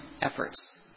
efforts